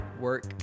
work